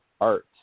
art